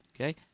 Okay